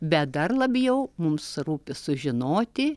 bet dar labjau mums rūpi sužinoti